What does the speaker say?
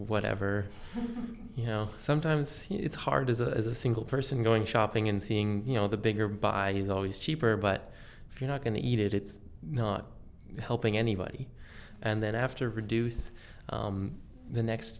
whatever you know sometimes it's hard as a single person going shopping and seeing you know the bigger by is always cheaper but if you're not going to eat it it's not helping anybody and then after produce the next